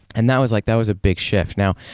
and that was like that was a big shift. now,